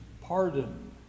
pardon